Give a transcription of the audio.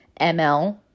ml